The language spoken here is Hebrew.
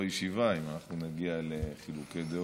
הישיבה אם אנחנו נגיע לחילוקי דעות.